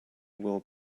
will